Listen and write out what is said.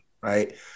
right